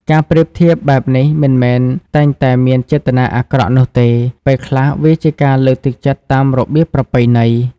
ការប្រៀបធៀបបែបនេះមិនមែនតែងតែមានចេតនាអាក្រក់នោះទេ ពេលខ្លះវាជាការលើកទឹកចិត្តតាមរបៀបប្រពៃណី។